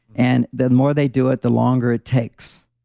and the more they do it, the longer it takes.